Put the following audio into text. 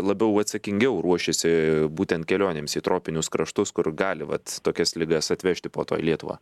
labiau atsakingiau ruošiasi būtent kelionėms į tropinius kraštus kur gali vat tokias ligas atvežti po to į lietuvą